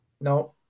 No